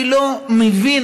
אני לא מבין,